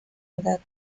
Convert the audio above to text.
edad